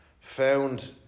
found